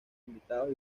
invitados